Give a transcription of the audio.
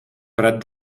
prat